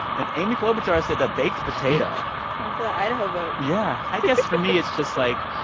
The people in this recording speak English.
and amy klobuchar said a baked potato oh, for that idaho vote yeah i guess, for me, it's just like,